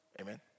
Amen